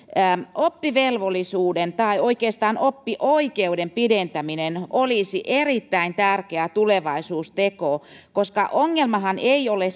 oppivelvollisuuden tai oikeastaan oppioikeuden pidentäminen olisi erittäin tärkeä tulevaisuusteko koska ongelmahan ei ole